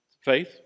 Faith